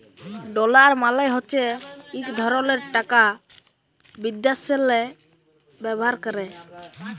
dollar মালে হছে ইক ধরলের টাকা বিদ্যাশেল্লে ব্যাভার ক্যরে